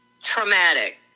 traumatic